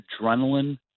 Adrenaline